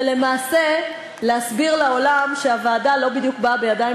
ולמעשה להסביר לעולם שהוועדה לא בדיוק באה בידיים